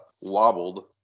wobbled